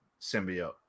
symbiote